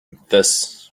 this